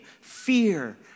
fear